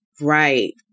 Right